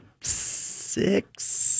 six